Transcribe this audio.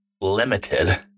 limited